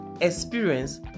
experience